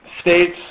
states